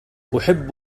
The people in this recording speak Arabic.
أحب